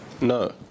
No